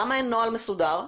למה אין נוהל מסודר?